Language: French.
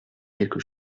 quelque